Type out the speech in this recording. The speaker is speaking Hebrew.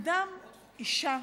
אדם, אישה,